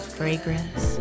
fragrance